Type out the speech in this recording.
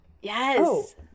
yes